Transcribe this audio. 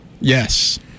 Yes